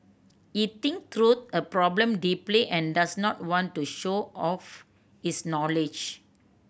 he think through a problem deeply and does not want to show off his knowledge